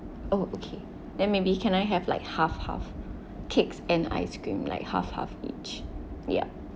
oh okay then maybe can I have like half half cakes and ice cream like half half each ya